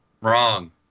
Wrong